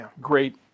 Great